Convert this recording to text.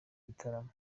gitaramo